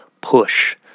Push